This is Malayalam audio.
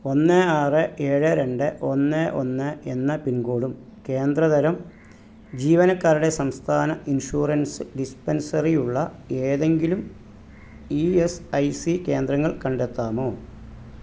ഒന്ന് ആറ് ഏഴ് രണ്ട് ഒന്ന് ഒന്ന് എന്ന പിൻ കോഡും കേന്ദ്ര തരം ജീവനക്കാരുടെ സംസ്ഥാന ഇൻഷുറൻസ് ഡിസ്പെൻസറി ഉള്ള ഏതെങ്കിലും ഇ എസ് ഐ സി കേന്ദ്രങ്ങൾ കണ്ടെത്താമോ